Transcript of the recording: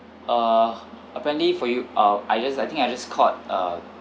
uh apparently for you uh I just I think I just called uh